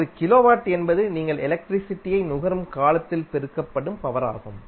1 kilowatt என்பது நீங்கள் எலக்ட்ரிசிட்டியை நுகரும் காலத்தால் பெருக்கப்படும் பவர் ஆகும்